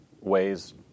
ways